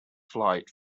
flight